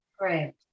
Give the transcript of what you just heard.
Right